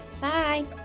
Bye